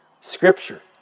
scripture